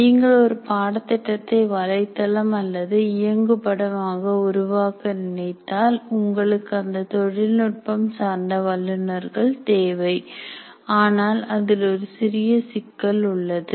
நீங்கள் ஒரு பாடத்திட்டத்தை வலைத்தளம் அல்லது இயங்குபடம் ஆக உருவாக்க நினைத்தால் உங்களுக்கு அந்த தொழில்நுட்பம் சார்ந்த வல்லுனர்கள் தேவை ஆனால் அதில் ஒரு சிறிய சிக்கல் உள்ளது